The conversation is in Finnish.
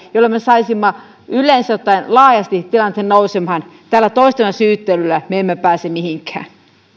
joilla me me saisimme yleensä ottaen laajasti tilanteen nousemaan tällä toistemme syyttelyllä me emme pääse mihinkään